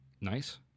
Nice